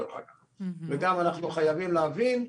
אנחנו גם חייבים להבין,